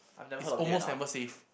it's almost never safe